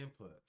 inputs